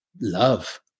love